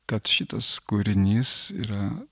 kad šitas kūrinys yra